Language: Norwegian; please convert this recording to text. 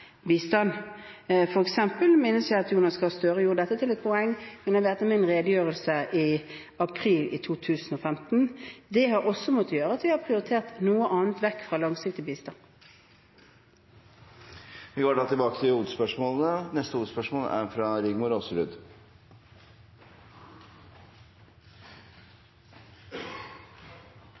jeg at Jonas Gahr Støre gjorde dette til et poeng etter min redegjørelse i april 2015. Det har også gjort at vi har prioritert noe annet vekk fra langsiktig bistand. Vi går da til neste hovedspørsmål. I forrige uke fikk vi nye ledighetstall. Vi må tilbake til